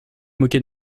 moquer